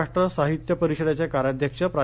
महाराष्ट्र साहित्य परिषदेचे कार्याध्यक्ष प्रा